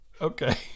Okay